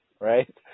right